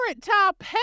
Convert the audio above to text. Top